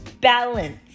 Balance